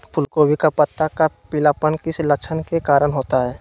फूलगोभी का पत्ता का पीलापन किस लक्षण के कारण होता है?